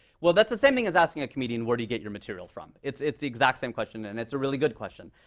well, that's the same thing as asking a comedian, where do you get your material from. it's the exact same question and it's a really good question.